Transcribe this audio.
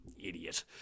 Idiot